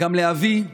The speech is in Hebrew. גם לאבי,